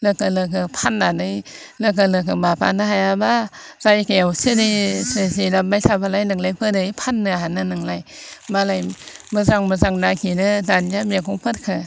लोगो लोगो फाननानै लोगो लोगो माबानो हायाबा जायगायाव सिरि जिरायबाय थाबालाय नोंलाय बोरै फाननो हानो नोंलाय मालाय मोजां मोजां नागिरो दानिया मैगंफोरखौ